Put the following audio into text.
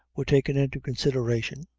were taken into consideration,